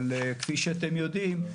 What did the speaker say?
אבל כפי שאתם יודעים,